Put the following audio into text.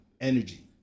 energy